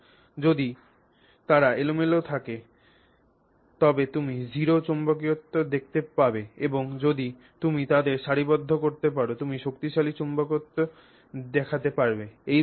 সুতরাং যদি তারা এলোমেলোভাবে থাকে তবে তুমি জিরো চৌম্বকত্ব দেখতে পাবে এবং যদি তুমি তাদের সারিবদ্ধ করতে পার তুমি শক্তিশালী চুম্বকত্ব দেখতে পাবে